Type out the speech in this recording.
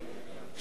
שלמה מולה,